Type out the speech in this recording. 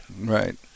right